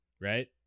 right